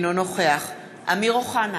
אינו נוכח אמיר אוחנה,